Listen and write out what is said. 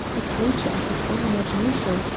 a creature of his own imagination,